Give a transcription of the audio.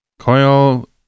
Coil